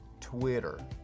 Twitter